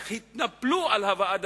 איך הם התנפלו על הוועדה